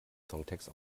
songtext